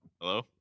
hello